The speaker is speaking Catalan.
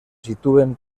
situen